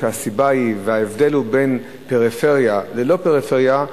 ההבדל בין פריפריה ללא-פריפריה,